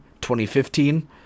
2015